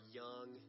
young